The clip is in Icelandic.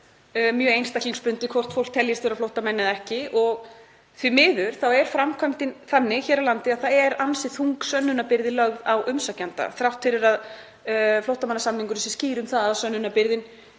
mjög einstaklingsbundið hvort fólk teljist vera flóttamenn eða ekki. Og því miður er framkvæmdin þannig hér á landi að það er ansi þung sönnunarbyrði lögð á umsækjanda þrátt fyrir að flóttamannasamningurinn sé skýr um að sönnunarbyrðin